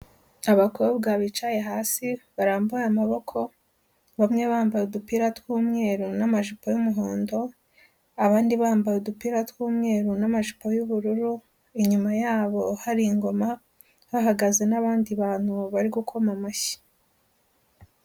Abakobwa bicaye hasi barambuye amaboko, bamwe bambaye udupira tw'umweru n'amajipo y'umuhondo, abandi bambaye udupira tw'umweru n'amajipo y'ubururu, inyuma yabo hari ingoma hahagaze n'abandi bantu bari gukoma amashyi.